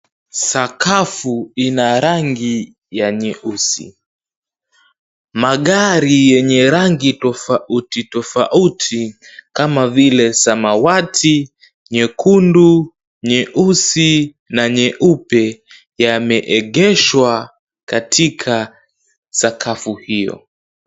Sakafu ina rangi ya nyeusi. Magari yenye rangi tofauti kama vile za samawati, nyekundu, nyeusi na nyeupe yameegeshwa katika sakafu hiyo.